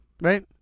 right